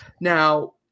Now